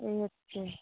এই হচ্ছে